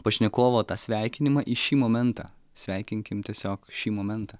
pašnekovo tą sveikinimą į šį momentą sveikinkim tiesiog šį momentą